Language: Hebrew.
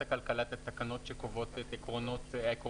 הכלכלה את התקנות הקובעות את העקרונות?